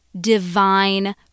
divine